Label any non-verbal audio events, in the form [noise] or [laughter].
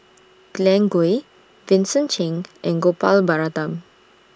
[noise] Glen Goei Vincent Cheng and Gopal Baratham